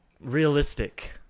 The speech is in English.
realistic